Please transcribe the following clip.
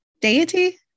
Deity